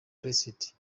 placed